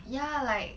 ya like